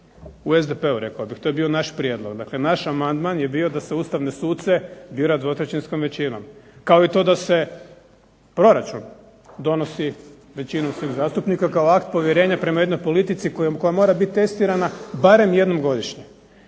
u SDP-u rekao bih, to je bio naš prijedlog, naš amandman je bio da se Ustavne suce bira dvotrećinskom većinom, kao i to da se proračun donosi većinom svih zastupnika kao akt povjerenja prema jednoj politici koja mora biti testirana barem jednom godišnje,